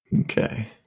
Okay